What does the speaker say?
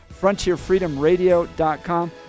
frontierfreedomradio.com